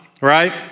right